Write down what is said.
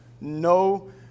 no